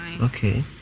okay